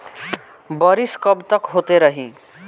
बरिस कबतक होते रही?